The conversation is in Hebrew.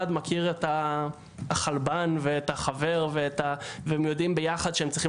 מכיר את החלבן ואת החבר והם יודעים ביחד שהם צריכים